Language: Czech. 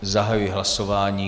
Zahajuji hlasování.